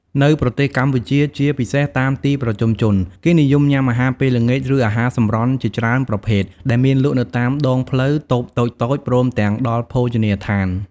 នៅប្រទេសកម្ពុជាជាពិសេសតាមទីប្រជុំជន គេនិយមញំុាអាហារពេលល្ងាច ឬអាហារសម្រន់ជាច្រើនប្រភេទ ដែលមានលក់នៅតាមដងផ្លូវ តូបតូចៗ ព្រមទាំងដល់ភោជនីយដ្ឋាន ។